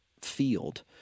field